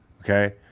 Okay